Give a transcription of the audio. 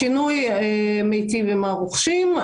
השינוי מיטיב עם הרוכשים.